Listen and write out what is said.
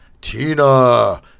Tina